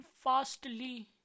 fastly